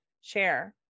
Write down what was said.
Share